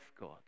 God